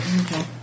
Okay